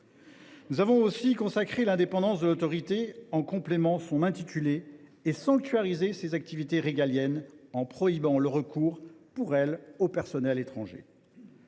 Nous avons aussi consacré l’indépendance de l’autorité, en complétant son intitulé, et sanctuarisé ses activités régaliennes, en prohibant le recours, pour ces dernières, aux personnels étrangers.